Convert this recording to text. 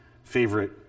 favorite